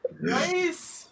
Nice